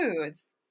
foods